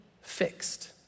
fixed